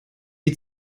die